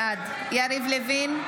בעד יריב לוין,